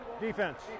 defense